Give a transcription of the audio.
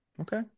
Okay